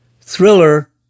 Thriller